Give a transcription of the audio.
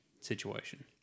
situation